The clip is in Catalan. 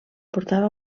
portava